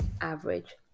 average